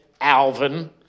Alvin